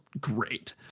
great